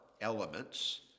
elements